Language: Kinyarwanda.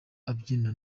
abyina